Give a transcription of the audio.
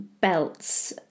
belts